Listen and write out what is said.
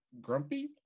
grumpy